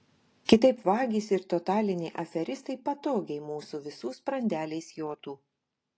kitaip vagys ir totaliniai aferistai patogiai mūsų visų sprandeliais jotų